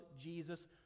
Jesus